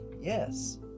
Yes